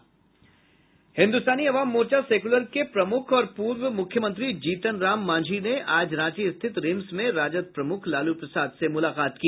Hindustani Awam Morcha Secular के प्रमुख और पूर्व मुख्यमंत्री जीतनराम मांझी ने आज रांची स्थित रिम्स में राजद प्रमुख लालू प्रसाद से मुलाकात की